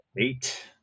Eight